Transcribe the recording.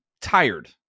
tired